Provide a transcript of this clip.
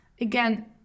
again